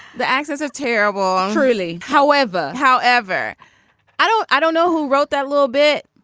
the axis of terrible really however however i don't i don't know who wrote that little bit